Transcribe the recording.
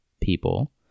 people